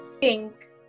Pink